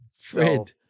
fred